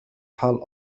حال